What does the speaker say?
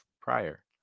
prior